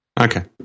Okay